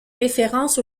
référence